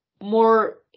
more